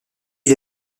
est